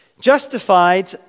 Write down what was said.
Justified